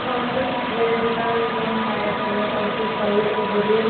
और कुछ मेरी दुकान में बहुत सारा आइटम है और कुछ चाहिए तो बोलिए